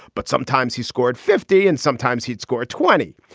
but sometimes he scored fifty and sometimes he'd score twenty.